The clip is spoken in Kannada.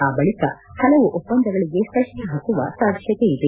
ಆ ಬಳಿಕ ಹಲವು ಒಪ್ಪಂದಗಳಿಗೆ ಸಹಿ ಹಾಕುವ ಸಾಧ್ಯತೆಯಿದೆ